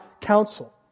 counsel